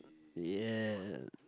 yes